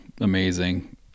amazing